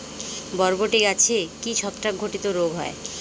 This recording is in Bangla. বরবটি গাছে কি ছত্রাক ঘটিত রোগ হয়?